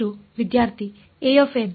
ವಿದ್ಯಾರ್ಥಿ am